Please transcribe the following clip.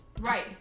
Right